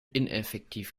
ineffektiv